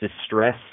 distress